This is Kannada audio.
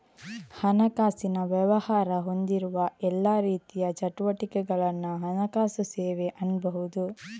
ಹಣಕಾಸಿನ ವ್ಯವಹಾರ ಹೊಂದಿರುವ ಎಲ್ಲಾ ರೀತಿಯ ಚಟುವಟಿಕೆಗಳನ್ನ ಹಣಕಾಸು ಸೇವೆ ಅನ್ಬಹುದು